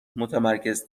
محتملتر